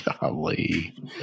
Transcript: Golly